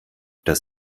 das